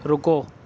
رکو